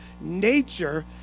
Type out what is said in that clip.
nature